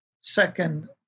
Second